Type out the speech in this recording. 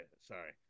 Sorry